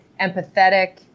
empathetic